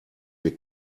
wir